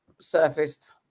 surfaced